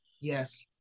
Yes